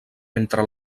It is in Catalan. entre